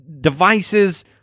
devices